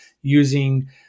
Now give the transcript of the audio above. using